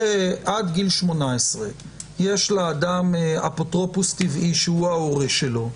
כי עד גיל 18 יש לאדם אפוטרופוס טבעי שהוא ההורה שלו.